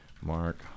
Mark